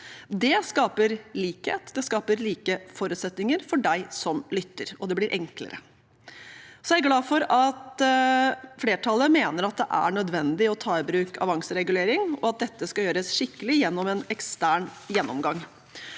Det skaper likhet, det skaper like forutsetninger for deg som lytter, og det blir enklere. Jeg er videre glad for at flertallet mener at det er nødvendig å ta i bruk avanseregulering, og at dette skal gjøres skikkelig gjennom en ekstern gjennomgang.